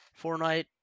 Fortnite